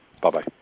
Bye-bye